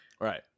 Right